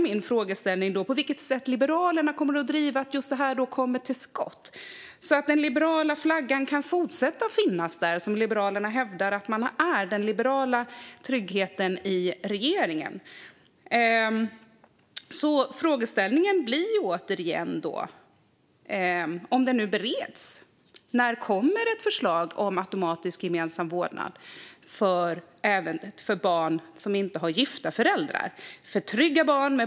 Min fråga är på vilket sätt Liberalerna kommer att driva på för att detta kommer till skott, så att den liberala flaggan kan fortsätta att finnas där, eftersom Liberalerna hävdar att man är den liberala tryggheten i regeringen. Frågeställningen blir då: Om detta nu bereds, när kommer det då ett förslag om automatisk gemensam vårdnad för barn som inte har gifta föräldrar?